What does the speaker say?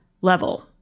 level